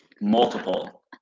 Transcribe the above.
multiple